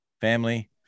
family